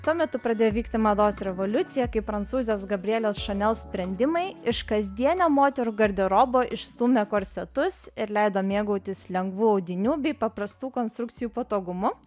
tuo metu pradėjo vykti mados revoliucija kai prancūzės gabrielės šanel sprendimai iš kasdienio moterų garderobo išstūmė korsetus ir leido mėgautis lengvų audinių bei paprastų konstrukcijų patogumu